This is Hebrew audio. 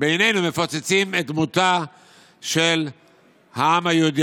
את דמות העם היהודי.